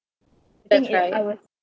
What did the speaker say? that's right